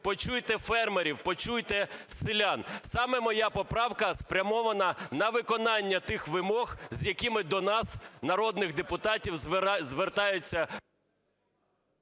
Почуйте фермерів, почуйте селян. Саме моя поправка спрямована на виконання тих вимог, з якими до нас, народних депутатів, звертаються…